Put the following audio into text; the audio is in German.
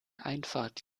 einfahrt